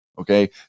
Okay